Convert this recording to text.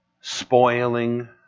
spoiling